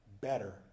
better